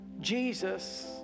Jesus